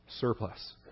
surplus